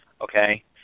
okay